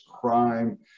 crime